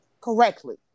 correctly